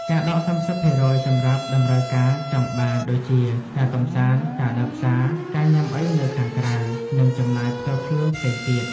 ការដក 30% សម្រាប់តម្រូវការចង់បាន ដូចជា ការកម្សាន្ត ការដើរផ្សារ ការញ៉ាំអីនៅខាងក្រៅ និងចំណាយផ្ទាល់ខ្លួនផ្សេងទៀត។